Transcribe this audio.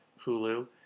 Hulu